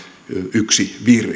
yksi virke